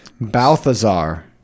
Balthazar